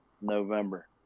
November